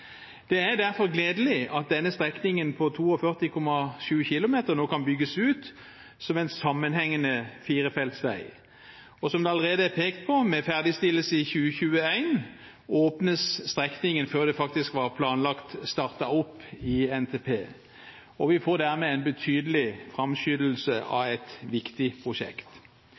Det er derfor gledelig at denne strekningen på 42,7 km nå kan bygges ut som en sammenhengende firefelts vei, og, som det allerede er pekt på, med ferdigstillelse i 2021 åpnes strekningen før den faktisk var planlagt startet opp i NTP. Vi får dermed en betydelig framskyndelse av et viktig prosjekt.